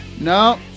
No